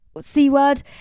C-word